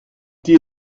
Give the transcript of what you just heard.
die